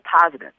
positive